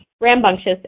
rambunctious